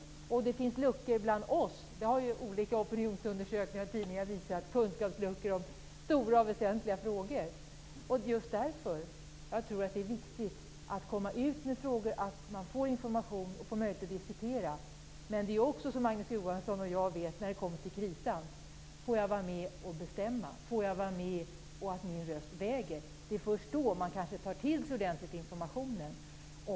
Det finns också kunskapsluckor hos oss ledamöter. Olika opinionsundersökningar och artiklar i tidningar har visat på kunskapsluckor i stora väsentliga frågor. Just därför är det viktigt att föra ut frågor och låta människor få information och möjlighet att diskutera. När det kommer till kritan, som Magnus Johansson och jag vet, är frågan: Får jag vara med och bestämma, och väger min röst någonting? Det är kanske först då man tar till sig informationen ordentligt.